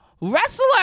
wrestler